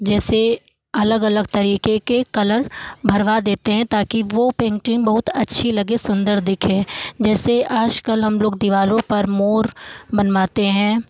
जैसे अलग अलग तरीके के कलर भरवा देते हैं ताकि वो पेंटिंग बहुत अच्छी लगे सुंदर दिखे जैसे आजकल हम लोग दीवारों पे मोर बनवाते हैं